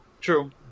true